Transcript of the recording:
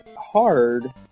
hard